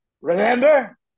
Remember